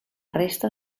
resta